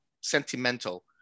sentimental